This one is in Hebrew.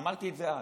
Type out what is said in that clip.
ואמרתי את זה אז,